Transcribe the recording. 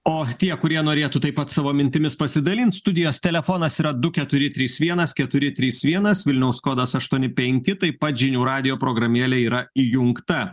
o tie kurie norėtų taip pat savo mintimis pasidalint studijos telefonas yra du keturi trys vienas keturi trys vienas vilniaus kodas aštuoni penki taip pat žinių radijo programėlė yra įjungta